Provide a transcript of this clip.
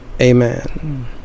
Amen